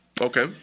Okay